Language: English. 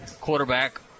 Quarterback